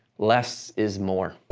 less is more.